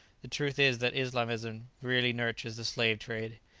the truth is that islamism really nurtures the slave-trade.